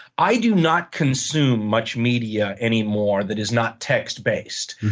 i do not consume much media anymore that is not text based.